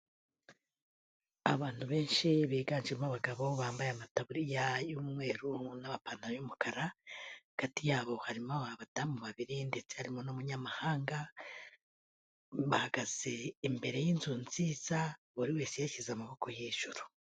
Abantu benshi biganjemo abagabo bambaye amataburiya y'umweru n'amapantaro y'umukara, hagati yabo harimo abadamu babiri ndetse harimo n'umunyamahanga, bahagaze imbere y'inzu nziza buri wese yashyize amaboko hejuru.